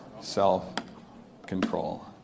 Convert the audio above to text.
Self-control